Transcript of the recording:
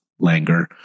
Langer